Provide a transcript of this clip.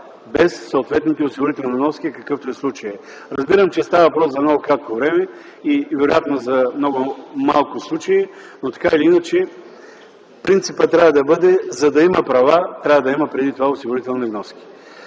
без съответните осигурителни вноски, какъвто е случая. Разбирам, че става въпрос за много кратко време и вероятно за много малко случаи, но принципът трябва да бъде: за да има права, трябва да има преди това осигурителни вноски.